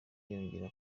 yongera